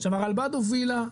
הרלב"ד הובילה,